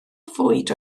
fwyd